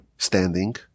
standing